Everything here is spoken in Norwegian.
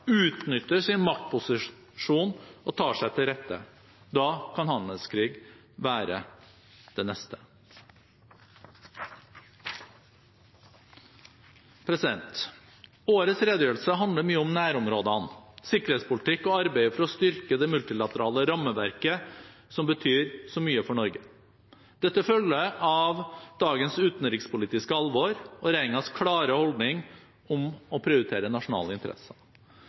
utnytter sin maktposisjon og tar seg til rette. Da kan handelskrig være det neste. Årets redegjørelse handler mye om nærområdene, sikkerhetspolitikk og arbeidet for å styrke det multilaterale rammeverket som betyr så mye for Norge. Dette følger av dagens utenrikspolitiske alvor og regjeringens klare holdning om å prioritere nasjonale interesser.